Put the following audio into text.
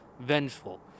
vengeful